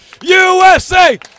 USA